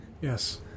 Yes